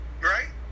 Right